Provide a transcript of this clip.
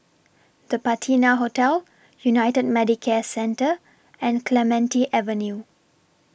The Patina Hotel United Medicare Centre and Clementi Avenue